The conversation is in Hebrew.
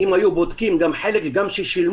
אם היו בודקים גם חלק ששילמו,